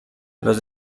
los